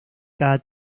cada